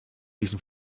diesem